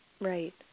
Right